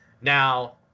Now